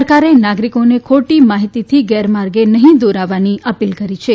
સરકારે નાગરિકોને ખોટી માહિતીથી ગેરમાર્ગે નહીં દોરાવાની અપીલ કરી છે